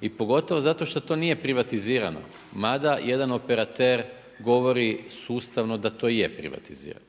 i pogotovo zato šta to nije privatizirano, mada jedan operater govori sustavno da to je privatizirano,